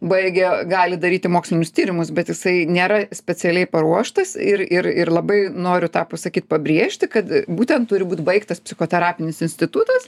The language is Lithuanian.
baigė gali daryti mokslinius tyrimus bet jisai nėra specialiai paruoštas ir ir ir labai noriu tą pasakyt pabrėžti kad būtent turi būt baigtas psichoterapinis institutas